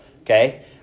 okay